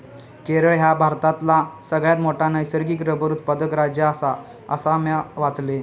केरळ ह्या भारतातला सगळ्यात मोठा नैसर्गिक रबर उत्पादक राज्य आसा, असा म्या वाचलंय